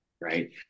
right